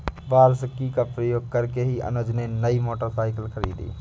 वार्षिकी का प्रयोग करके ही अनुज ने नई मोटरसाइकिल खरीदी